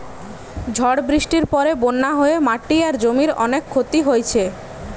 ঝড় বৃষ্টির পরে বন্যা হয়ে মাটি আর জমির অনেক ক্ষতি হইছে